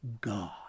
God